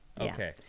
Okay